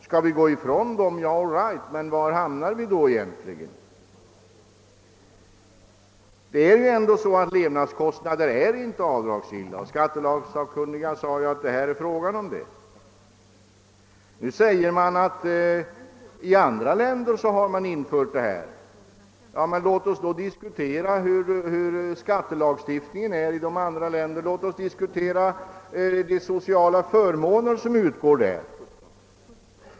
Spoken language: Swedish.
Skall vi gå ifrån dessa, var hamnar vi då egentligen? Levnadskostnader är inte avdragsgilla. Skattelagssakkunniga har konstaterat att det i detta fall just är fråga härom. Nu sägs det att sådana avdrag vid inkomstbeskattningen har införts i and ra länder. Ja, men låt oss då diskutera skattelagstiftningen i dessa länder och låt oss diskutera de sociala förmåner som man har där!